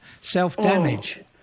self-damage